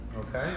Okay